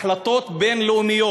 החלטות בין-לאומיות.